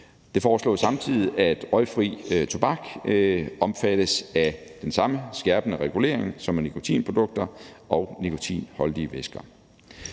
Det foreslås samtidig, at røgfri tobak omfattes af samme skærpede regulering som nikotinprodukter og nikotinholdige væsker.